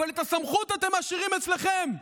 אבל את הסמכות אתם משאירים אצלכם.